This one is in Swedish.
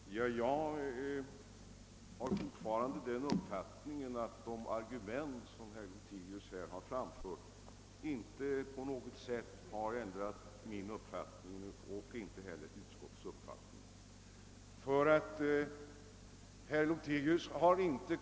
Herr talman! Jag har fortfarande den uppfattningen att de argument som herr Lothigius här har framfört inte på något sätt är ägnade att ändra vare sig min eller utskottets uppfattning.